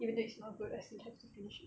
even it's not good I still have to finish it